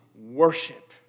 worship